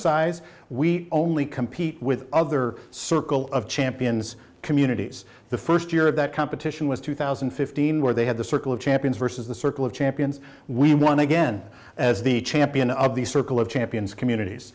size we only compete with other circle of champions communities the first year of that competition was two thousand and fifteen where they had the circle of champions vs the circle of champions we won again as the champion of the circle of champions communities